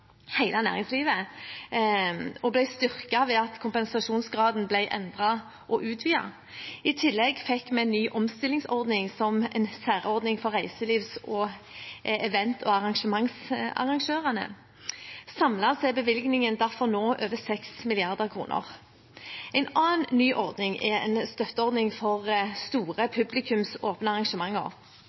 næringslivet og ble styrket ved at kompensasjonsgraden ble endret og utvidet. I tillegg fikk vi en ny omstillingsordning som en særordning for reiselivs- og event- og arrangementsarrangørene. Samlet er bevilgningen derfor nå på over 6 mrd. kr. En annen ny ordning er en støtteordning for store publikumsåpne arrangementer.